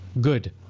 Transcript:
good